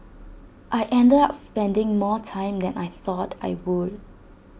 I ended up spending more time than I thought I would